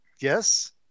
Yes